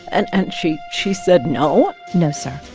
and and she she said, no no sir,